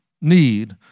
need